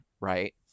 right